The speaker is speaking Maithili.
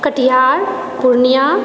कटिहार पूर्णिया